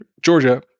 Georgia